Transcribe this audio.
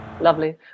Lovely